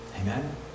Amen